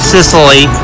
Sicily